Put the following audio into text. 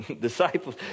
Disciples